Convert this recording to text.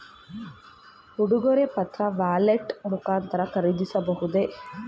ಉಡುಗೊರೆ ಪತ್ರ ವ್ಯಾಲೆಟ್ ಮುಖಾಂತರ ಖರೀದಿಸಬಹುದೇ?